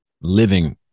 living